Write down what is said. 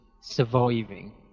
surviving